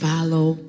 Follow